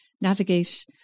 navigate